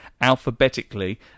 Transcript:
alphabetically